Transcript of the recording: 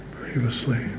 previously